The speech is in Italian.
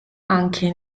anche